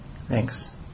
Thanks